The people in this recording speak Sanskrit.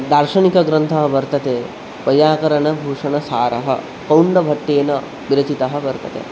दार्शनिकग्रन्थः वर्तते वैयाकरणभूषणसारः कौण्डभट्टेन विरचितः वर्तते